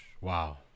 Wow